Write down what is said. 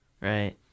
Right